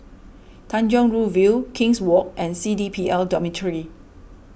Tanjong Rhu View King's Walk and C D P L Dormitory